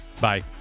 Bye